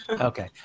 Okay